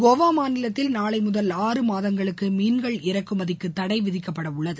கோவா மாநிலத்தில் நாளை முதல் ஆறு மாதங்களுக்கு மீள்கள் இறக்குமதிக்கு தடைவிதிக்கப்பட உள்ளது